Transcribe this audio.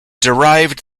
derived